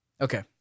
Okay